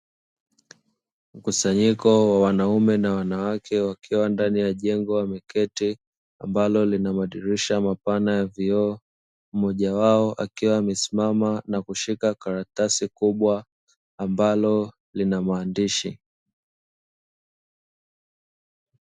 Mkusanyiko wa wanaume na wanawake wakiwa ndani ya jengo wameketi, ambalo lina madirisha mapana ya vioo, mmoja wao akiwa amesimama na kushika karatasi kubwa ambalo lina maandishi.